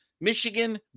Michigan